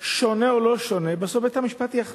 שונה או לא שונה, בסוף בית-המשפט יכריע.